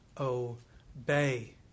obey